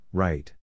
right